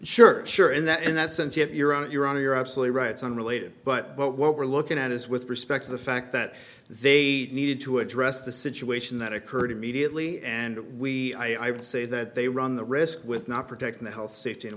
sure sure in that in that sense yes you're on your own you're absolutely right it's unrelated but what we're looking at is with respect to the fact that they needed to address the situation that occurred immediately and we i would say that they run the risk with not protecting the health safety